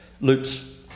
loops